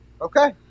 Okay